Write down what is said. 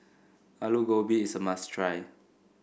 Alu Gobi is a must try